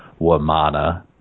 Wamana